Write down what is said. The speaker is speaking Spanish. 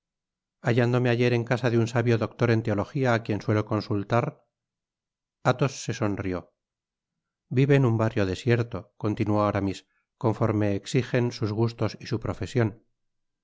hallándome ayer en casa de un sabio doctor en teologia á quien suelo consultar athos se sonrió vive en un barrio desierto continuó aramis conforme ecsijen sus gustos y su profesion